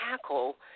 tackle